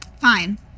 fine